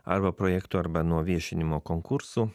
arba projektų arba nuo viešinimo konkursų